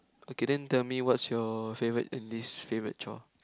okay then tell me what's your favorite and least favorite chore